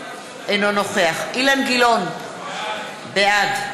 אינו נוכח באסל גטאס, בעד אילן גילאון, בעד